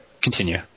continue